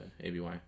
ABY